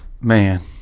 Man